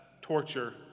torture